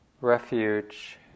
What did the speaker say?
refuge